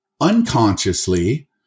unconsciously